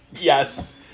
Yes